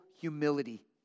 humility